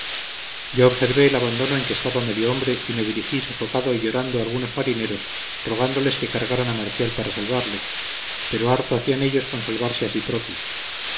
yo observé el abandono en que estaba medio hombre y me dirigí sofocado y llorando a algunos marineros rogándoles que cargaran a marcial para salvarle pero harto hacían ellos con salvarse a sí propios